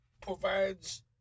provides